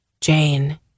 Jane